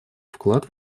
вклад